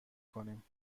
کنیم